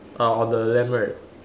uh on the lamp right